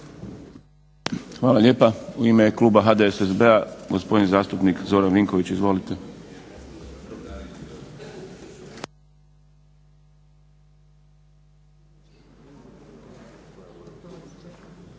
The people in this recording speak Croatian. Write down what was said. Hvala lijepa. U ime kluba HDSSB-a gospodin zastupnik Zoran Vinković. Izvolite.